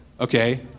Okay